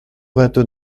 vingt